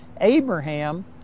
Abraham